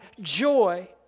joy